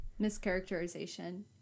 mischaracterization